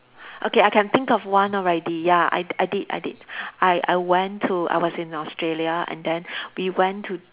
okay I can think of one already ya I I did I did I I went to I was in Australia and then we went to